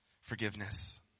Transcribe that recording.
forgiveness